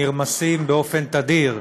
נרמסים באופן תדיר,